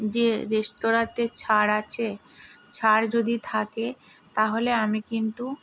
যে রেস্তোরাঁতে ছাড় আছে ছাড় যদি থাকে তাহলে আমি কিন্তু